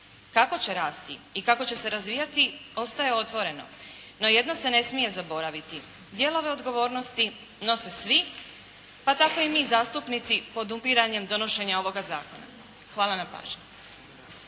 Kako će rasti i kako će se razvijati, ostaje otvoreno. No jedno se ne smije zaboraviti. Dijelove odgovornosti nose svi, pa tako i mi zastupnici podupiranjem ovoga zakona. Hvala na pažnji.